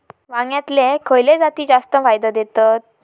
वांग्यातले खयले जाती जास्त फायदो देतत?